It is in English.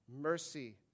mercy